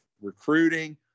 recruiting